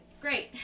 great